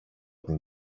την